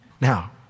Now